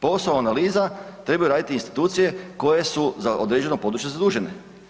Posao analiza trebaju raditi institucije koje su za određeno područje zadužene.